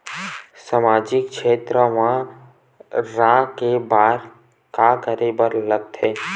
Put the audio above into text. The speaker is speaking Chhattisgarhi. सामाजिक क्षेत्र मा रा हे बार का करे ला लग थे